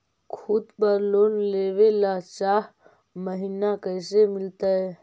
खूत पर लोन लेबे ल चाह महिना कैसे मिलतै?